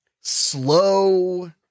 slow